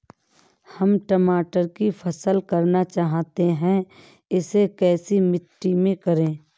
हम टमाटर की फसल करना चाहते हैं इसे कैसी मिट्टी में करें?